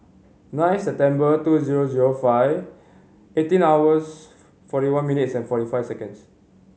nine September two zero zero five eighteen hours forty one minutes and forty five seconds